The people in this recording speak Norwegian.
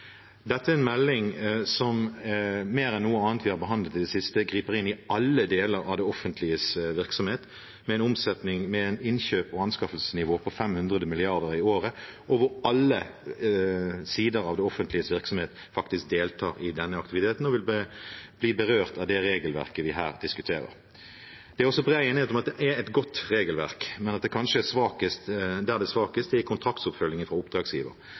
Dette er en melding som mer enn noe annet vi har behandlet i det siste, griper inn i alle deler av det offentliges virksomhet, med et innkjøps- og anskaffelsesnivå på 500 mrd. kr i året, og hvor alle sider av det offentliges virksomhet faktisk deltar i denne aktiviteten og vil bli berørt av det regelverket vi her diskuterer. Det er også bred enighet om at det er et godt regelverk, men at der det kanskje er svakest, er i kontraktsoppfølgingen fra oppdragsgiver.